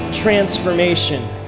transformation